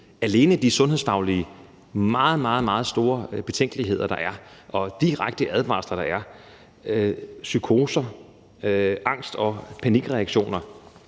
alene de sundhedsfaglige meget, meget store betænkeligheder, der er, og direkte advarsler om psykoser, angst og panikreaktioner,